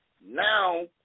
Now